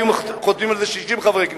היו חותמים על זה 60 חברי כנסת,